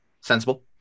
Sensible